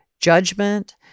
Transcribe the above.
judgment